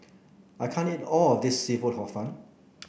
I can't eat all of this seafood Hor Fun